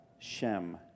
Shem